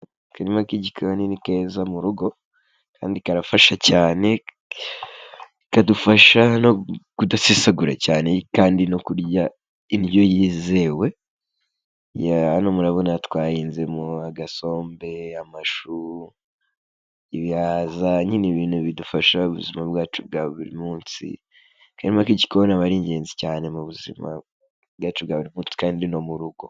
Akarima k'igikoni ni keza mu rugo kandi karafasha cyane, bikadufasha no kudasesagura cyane kandi no kurya indyo yizewe, hano murabona twahinzemo agasombe, ibihaza, ibintu bidufasha mu buzima bwacu bwa buri munsi akarima k'igikoni aba ari ingenzi cyane mu buzima bwacu bwa buri munsi kandi no mu rugo.